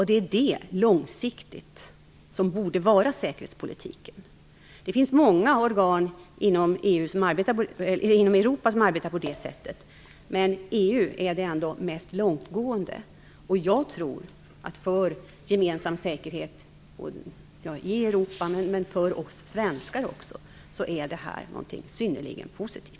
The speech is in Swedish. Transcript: Det är det som långsiktigt borde vara säkerhetspolitiken. Det finns många organ inom Europa som arbetar på det sättet. Men EU är ändå det mest långtgående. För gemensam säkerhet i Europa, men också för oss svenskar, tror jag att det här är någonting synnerligen positivt.